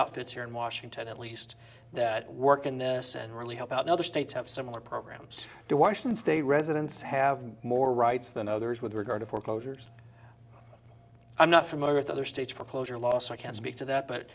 outfits here in washington at least that work in this and really help out in other states have similar programs to washington state residents have more rights than others with regard to foreclosures i'm not familiar with other states for closure law so i can't speak to that but